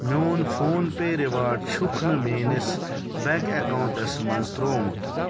میون فون پے رِوارڈ چھُکھ نہٕ میٛٲنِس بٮ۪نٛک اٮ۪کاوُنٛٹَس منٛز ترٛومُت